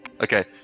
Okay